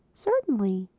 certainly,